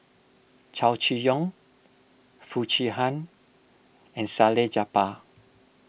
Chow Chee Yong Foo Chee Han and Salleh Japar